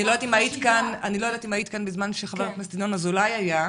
אני לא יודעת אם היית כאן בזמן שח"כ ינון אזולאי היה,